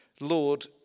Lord